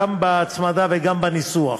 גם בהצמדה וגם בניסוח.